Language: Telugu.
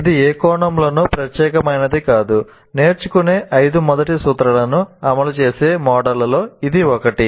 ఇది ఏ కోణంలోనూ ప్రత్యేకమైనది కాదు నేర్చుకునే ఐదు మొదటి సూత్రాలను అమలు చేసే మోడళ్లలో ఇది ఒకటి